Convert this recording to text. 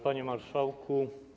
Panie Marszałku!